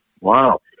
Wow